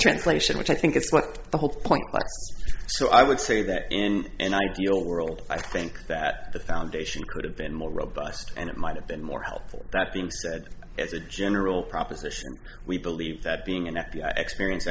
translation which i think it's what the whole point so i would say that in an ideal world i think that the foundation could have been more robust and it might have been more helpful that being said as a general proposition we believe that being an f b i experience